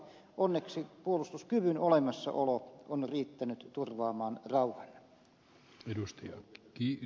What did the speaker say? onneksi puolustuskyvyn olemassaolo on riittänyt turvaamaan rauhan